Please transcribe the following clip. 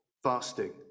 fasting